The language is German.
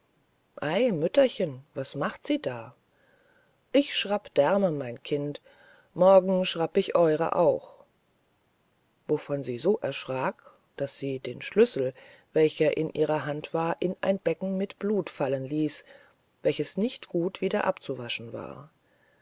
ei mütterchen was macht sie da ich schrapp därme mein kind morgen schrapp ich eure auch wovon sie so erschrack daß sie den schlüssel welcher in ihrer hand war in ein becken mit blut fallen ließ welches nicht gut wieder abzuwaschen war